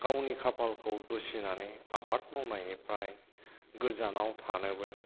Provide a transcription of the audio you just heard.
गावनि खाफालखौ दुसिनानै आबाद मावनायनिफ्राय गोजानाव थानोबो